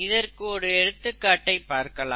இதற்கு ஒரு எடுத்துக்காட்டை பார்க்கலாம்